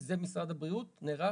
זה משרד הבריאות נערך.